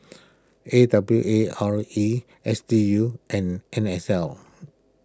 A W A R E S D U and N S L